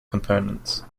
components